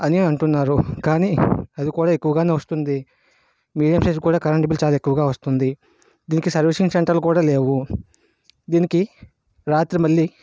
అని అంటున్నారు కానీ అది కూడా ఎక్కువగానే వస్తుంది మీడియం సైజ్ కూడా కరెంట్ బిల్ చాలా ఎక్కువగా వస్తుంది దీనికి సర్వీసింగ్ సెంటర్లు కూడా లేవు దీనికి రాత్రి మళ్ళీ